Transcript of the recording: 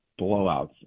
blowouts